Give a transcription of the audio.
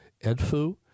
Edfu